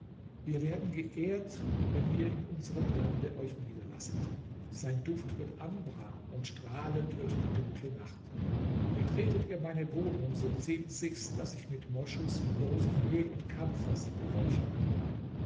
wir werden geehrt wenn ihr in unserem land euch niederlasset sein duft wird ambra und strahlend wird die dunkle nacht betretet ihr meine wohnung so ziemt sich's daß ich mit moschus rosenöl und kampfer sie beräuchere